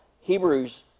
Hebrews